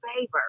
favor